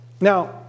Now